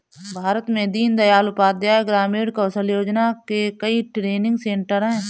भारत में दीन दयाल उपाध्याय ग्रामीण कौशल योजना के कई ट्रेनिंग सेन्टर है